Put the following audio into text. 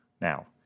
Now